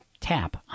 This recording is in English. tap